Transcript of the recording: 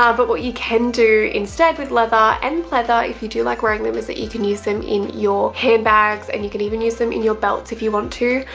ah but what you can do instead with leather and pleather, if you do like wearing them, is that you can use them in your handbags and you could even use them in your belts if you want to.